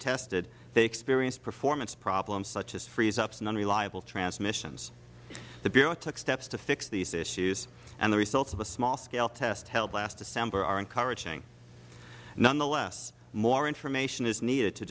tested they experienced performance problems such as freeze ups and unreliable transmissions the bureau took steps to fix these issues and the results of a small scale test held last december are encouraging nonetheless more information is needed to